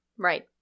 Right